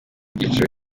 ibyiciro